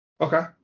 Okay